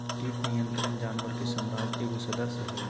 कीट नियंत्रण जानवर के साम्राज्य के एगो सदस्य हइ